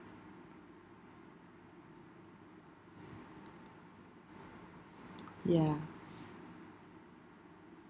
ya